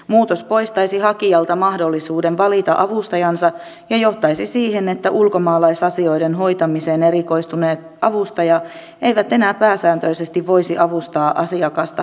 muutos poistaisi hakijalta mahdollisuuden valita avustajansa ja johtaisi siihen että ulkomaalaisasioiden hoitamiseen erikoistuneet avustajat eivät enää pääsääntöisesti voisi avustaa asiakasta hallintoprosessissa